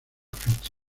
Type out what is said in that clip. fecha